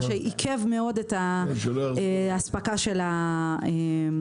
מה שעיכב מאוד את אספקת הסחורות.